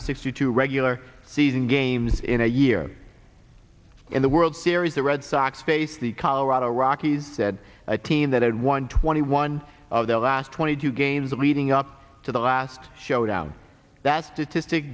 sixty two regular season games in a year in the world series the red sox face the colorado rockies said a team that had won twenty one of their last twenty two games leading up to the last showdown that statistic